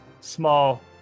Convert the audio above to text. small